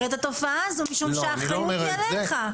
את התופעה הזאת משום שהאחריות היא עליך.